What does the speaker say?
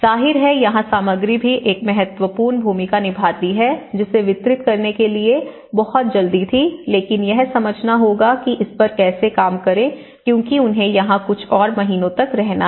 ज़ाहिर है यहां सामग्री भी एक महत्वपूर्ण भूमिका निभाती है जिसे वितरित करने के लिए बहुत जल्दी थी लेकिन यह समझना होगा कि इस पर कैसे काम करें क्योंकि उन्हें यहां कुछ और महीनों तक रहता है